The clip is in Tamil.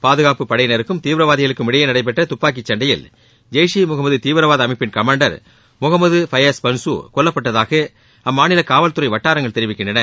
பாதுகாப்புப் படையினருக்கும் தீவிரவாதிகளுக்கும் இடையே நடைபெற்ற துப்பாக்கிச் சண்டையில் ஜெய்ஷ் இ முகமது தீவிரவாத அமைப்பின் கமாண்டர் முகமது பயஸ் பன்சூ கொல்லப்பட்டதாக அம்மாநில காவல்துறை வட்டாரங்கள் தெரிவிக்கின்றன